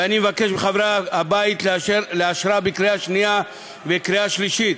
ואני מבקש מחברי הבית לאשרה בקריאה שנייה וקריאה שלישית.